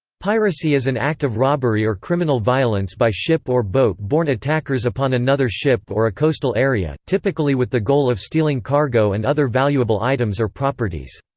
piracy is an act of robbery or criminal violence by ship or boat-borne attackers upon another ship or a coastal area, typically with the goal of stealing cargo and other valuable items or properties.